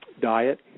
Diet